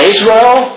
Israel